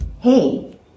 hey